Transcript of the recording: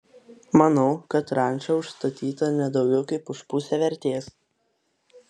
manau kad ranča užstatyta ne daugiau kaip už pusę vertės